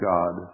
God